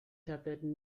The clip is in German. tabletten